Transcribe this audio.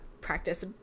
practice